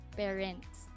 parents